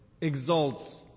exalts